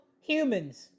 humans